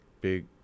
big